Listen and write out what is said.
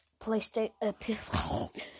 PlayStation